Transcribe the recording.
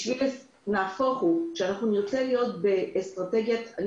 כשנרצה להיות באסטרטגיית ההקלה...